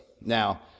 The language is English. Now